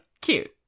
cute